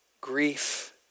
grief